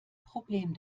problem